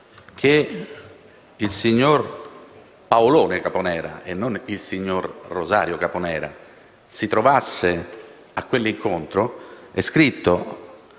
che il signor Paolone Caponera, e non il signor Rosario Caponera, si trovasse a quell'incontro. È scritto